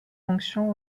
fonctions